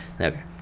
Okay